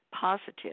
positive